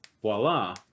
voila